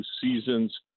seasons